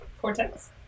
Cortex